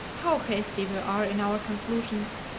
how hasty we are in our conclusions!